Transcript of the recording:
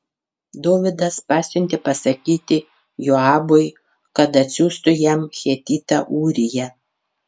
dovydas pasiuntė pasakyti joabui kad atsiųstų jam hetitą ūriją